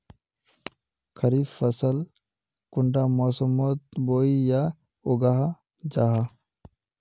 खरीफ फसल कुंडा मोसमोत बोई या उगाहा जाहा?